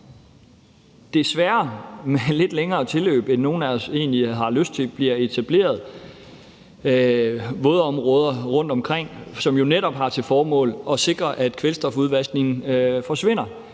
have et lidt længere tilløb, end nogen af os egentlig har lyst til, for at etablere vådområder rundtomkring, som jo netop har til formål at sikre, at kvælstofudvaskningen forsvinder.